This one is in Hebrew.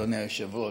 אדוני היושב-ראש,